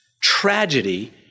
tragedy